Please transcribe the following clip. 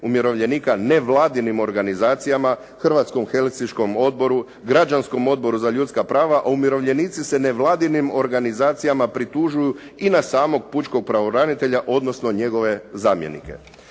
umirovljenika nevladinim organizacijama, Hrvatskom helsinškom odboru, Građanskom odboru za ljudska prava, a umirovljenici se nevladinim organizacijama pritužuju i na samog pučkog pravobranitelja odnosno njegove zamjenike.